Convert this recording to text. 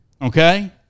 Okay